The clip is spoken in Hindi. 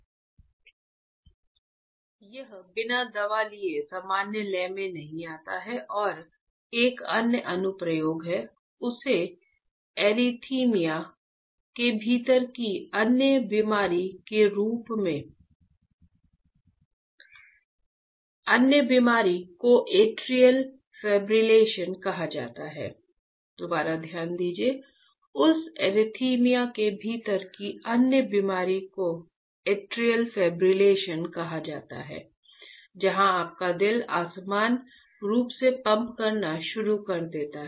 यह बिना दवा लिए सामान्य लय में नहीं आता है और एक अन्य अनुप्रयोग में उस एरिथमिया कहा जाता है जहां आपका दिल असमान रूप से पंप करना शुरू कर देता है